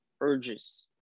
urges